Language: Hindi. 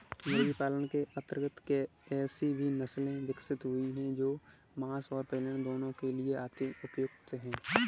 मुर्गी पालन के अंतर्गत ऐसी भी नसले विकसित हुई हैं जो मांस और प्रजनन दोनों के लिए अति उपयुक्त हैं